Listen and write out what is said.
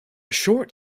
short